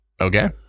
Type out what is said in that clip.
Okay